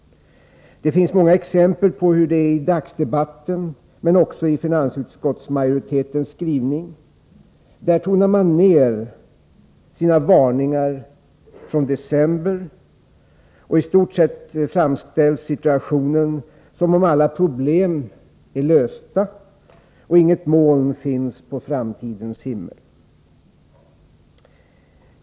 Det finns många exempel på det i dagsdebatten men också i finansutskottsmajoritetens skrivning, där man nu tonar ner sina varningar från december. I stort sett framställs situationen som om alla problem vore löst och som om inget moln fanns på framtidens himmel.